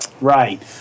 Right